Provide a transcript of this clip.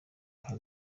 aka